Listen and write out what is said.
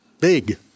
big